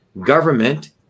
Government